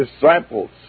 Disciples